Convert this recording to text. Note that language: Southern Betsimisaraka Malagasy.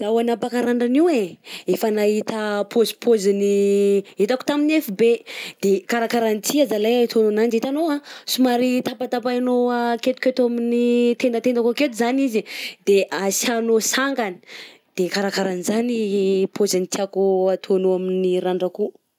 Zaho anapaka randrana io e, efa naita pôzipôziny hitako tamin'ny FB, de karakaran'ity zalahy atao agnanjy, hitanao a, somary tapatapahanao aketoketo amin'ny tendatendako aketo zany izy e de asiànao sangany, de karakarahan'izany ny pôziny tiàko ataonao amin'ny randrako io.